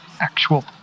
actual